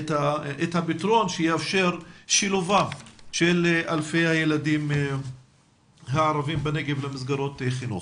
הפתרון שיאפשר שילובם של אלפי הילדים הערבים בנגב במסגרות חינוך.